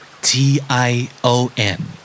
T-I-O-N